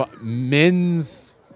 men's